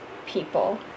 people